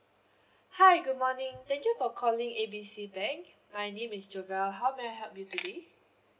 hi good morning thank you for calling A B C bank my name is jovelle how may I help you today